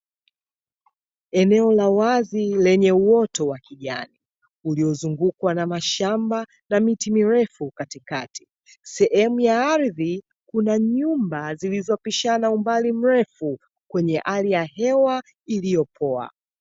Eneo la wazi lenye uoto wa kijani, uliyozungukwa na mashamba na miti mirefu katikati. Sehemu ya ardhi kuna nyumba zilizopishana umbali mrefu kwenye hali ya hewa iliyopoa.